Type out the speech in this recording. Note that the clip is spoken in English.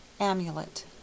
Amulet